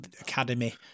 academy